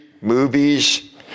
movies